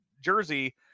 Jersey